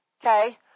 Okay